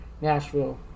Nashville –